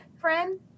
friend